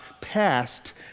passed